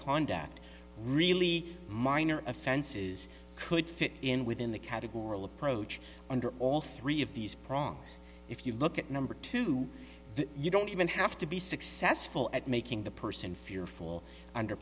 conduct really minor offenses could fit in within the category of approach under all three of these progs if you look at number two you don't even have to be successful at making the person fearful under